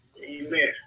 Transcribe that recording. Amen